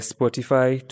Spotify